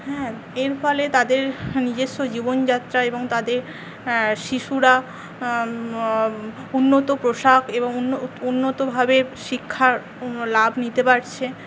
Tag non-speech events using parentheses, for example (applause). হ্যাঁ এর ফলে তাদের নিজেস্ব জীবনযাত্রা এবং তাদের শিশুরা উন্নত পোশাক এবং উন্নতভাবে শিক্ষার (unintelligible) লাভ নিতে পারছে